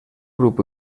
grup